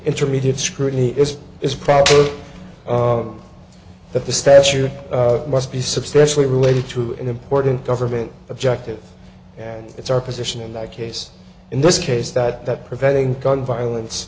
intermediate scrutiny is is probably that the stature must be substantially related to an important government objective and it's our position in that case in this case that that preventing gun violence